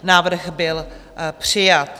Návrh byl přijat.